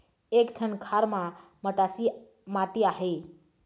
एक ठन खार म मटासी माटी आहे?